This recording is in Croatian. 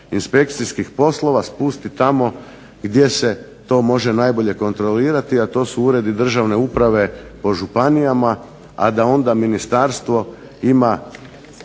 inspekcijskih poslova spusti tamo gdje se to može najbolje kontrolirati a to su uredi državne uprave po županijama, a da onda ministarstvo ima